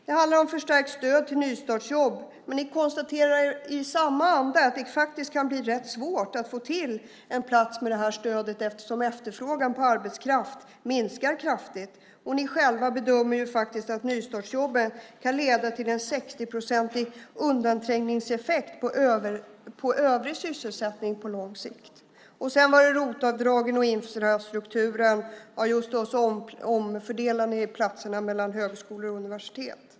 Det handlar om förstärkt stöd till nystartsjobb, men ni konstaterar i samma anda att det faktiskt kan bli rätt svårt att få till en plats med det här stödet, eftersom efterfrågan på arbetskraft minskar kraftigt. Ni själva bedömer faktiskt att nystartsjobben kan leda till en 60-procentig undanträngningseffekt när det gäller övrig sysselsättning på lång sikt. Sedan var det ROT-avdragen och infrastrukturen, och så omfördelar ni platserna mellan högskolor och universitet.